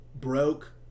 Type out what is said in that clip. broke